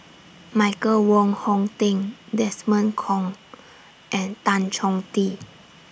Michael Wong Hong Teng Desmond Kon and Tan Chong Tee